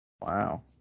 Wow